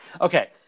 Okay